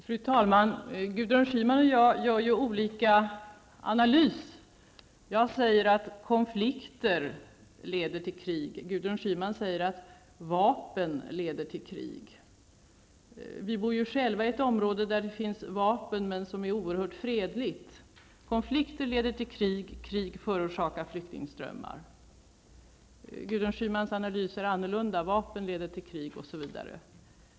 Fru talman! Gudrun Schyman och jag gör ju olika analyser. Jag säger att konflikter leder till krig. Gudrun Schyman säger att vapen leder till krig. Vi bor ju själva i ett område där det finns vapen men som är oerhört fredligt. Konflikter leder till krig, och krig förorsakar flyktingströmmar. Gudrun Schymans analys är annorlunda: vapen leder till krig osv.